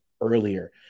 earlier